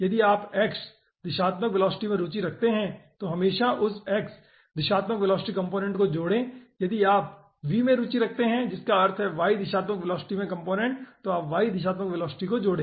यदि आप x दिशात्मक वेलोसिटी में रुचि रखते हैं तो हमेशा उस x दिशात्मक वेलोसिटी कॉम्पोनेन्ट को जोड़ें यदि आप v में रुचि रखते हैं जिसका अर्थ है y दिशात्मक वेलोसिटी कॉम्पोनेन्ट तो आप y दिशात्मक वेलोसिटी जोड़े